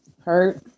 hurt